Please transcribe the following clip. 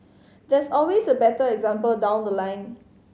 there's always a better example down the line